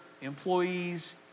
employees